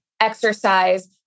exercise